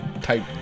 type